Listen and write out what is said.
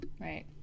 Right